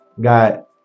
Got